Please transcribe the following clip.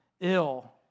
ill